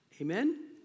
Amen